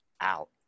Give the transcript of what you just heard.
out